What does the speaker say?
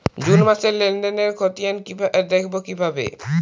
June মাসের লেনদেনের খতিয়ান দেখবো কিভাবে?